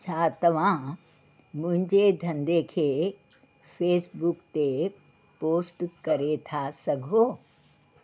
छा तव्हां मुंहिंजे धंधे खे फेसबुक ते पोस्ट करे था सघो